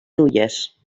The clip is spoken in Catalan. nulles